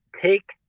Take